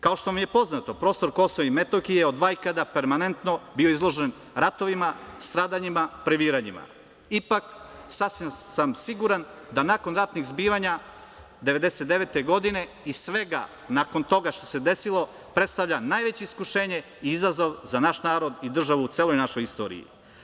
Kao što vam je poznato, prostor Kosova i Metohije je od vajkada permanentno bio izložen ratovima, stradanjima, previranjima, ipak sasvim sam siguran da nakon ratnih zbivanja 1999. godine i svega nakon toga što se desilo predstavlja najveće iskušenje i izazov za naš narod i državu u celoj našoj istoriji.